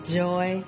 joy